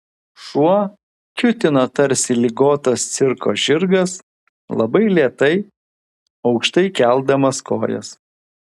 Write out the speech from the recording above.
šuo kiūtino tarsi ligotas cirko žirgas labai lėtai aukštai keldamas kojas